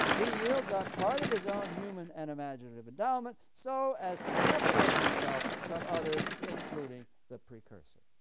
he yields up part of his own human and imaginative endowment so as to separate himself from others including the precursor.